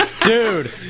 Dude